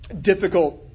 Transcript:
difficult